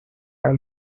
will